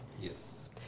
Yes